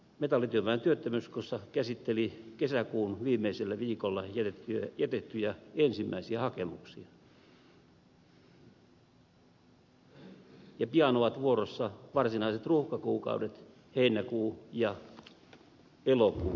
metallityöväen työttömyyskassa käsitteli kesäkuun viimeisellä viikolla jätettyjä ensimmäisiä hakemuksia ja pian ovat vuorossa varsinaiset ruuhkakuukaudet heinäkuu ja elokuu